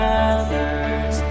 others